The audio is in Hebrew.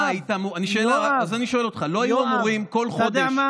אז אני שואל אותך: לא היו אמורים כל חודש,